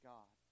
God